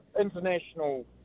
international